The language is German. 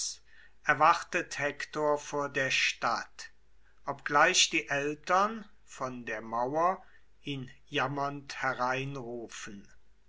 erwartet hektor vor der stadt obgleich die eltern von der mauer ihn jammernd